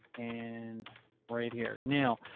and right here. now,